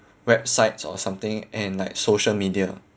websites or something and like social media